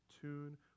tune